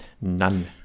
none